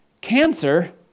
Cancer